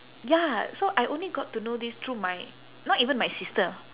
ya so I only got to know this through my not even my sister